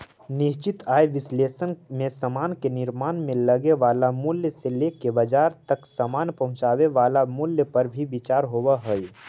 निश्चित आय विश्लेषण में समान के निर्माण में लगे वाला मूल्य से लेके बाजार तक समान पहुंचावे वाला मूल्य पर भी विचार होवऽ हई